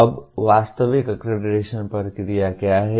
अब वास्तविक अक्रेडिटेशन प्रक्रिया क्या है